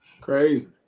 Crazy